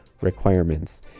requirements